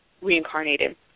reincarnated